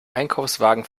einkaufswagen